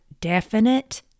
definite